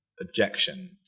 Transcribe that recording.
objection